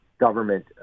government